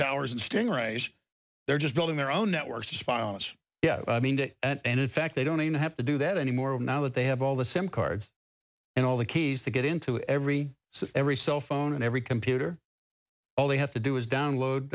right there just building their own networks to spy on us yeah i mean to and in fact they don't even have to do that anymore and now that they have all the sim cards and all the keys to get into every so every cell phone and every computer all they have to do is download